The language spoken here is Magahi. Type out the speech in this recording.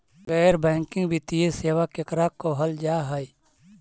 गैर बैंकिंग वित्तीय सेबा केकरा कहल जा है?